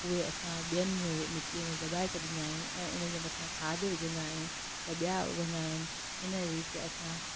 उहे असां ॿियनि में बि मिटीअ में दॿाए छॾींदा आहियूं ऐं उन जे मथा खाद विझंदा आहियूं त ॿियां उगंदा आहिनि इन रीति असां